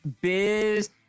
Biz